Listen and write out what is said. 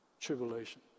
tribulation